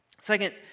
Second